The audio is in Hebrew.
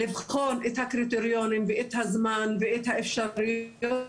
לבחון את הקריטריונים ואת הזמן ואת האפשרויות,